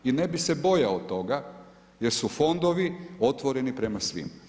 I ne bih se bojao toga jer su fondovi otvoreni prema svima.